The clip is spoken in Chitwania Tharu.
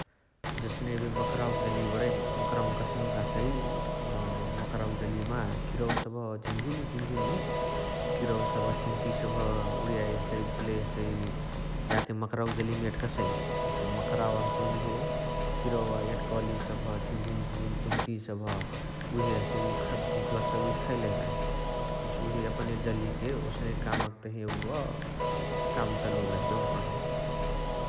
जस्ने एबे मकरावका जलिय बणइन ओकरम कस्नुका हसइ अ मकरावका जलियमा किरवा सबह झिनझिनी झिनझिनी किरवा सबह्, चिहुटिय सबह उणियाइ हसइ बुलइ हसइ जाके मकरावका जलियमा एटकसइ । हसे मकरावका हसे उहे किरवा एटकली सबह झिनझिनी झिनझिनी चिहुटिय सबह उहे हसे उअ भुख लगलही खैलही नाही । हसे उहे एपने जलिया के ओस्ने कामक तहिय उअ काम चलोलही देहुन कही ।